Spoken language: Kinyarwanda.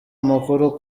amakuru